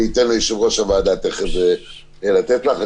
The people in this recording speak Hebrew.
אני אתן ליושב-ראש הוועדה תיכף לתת לך.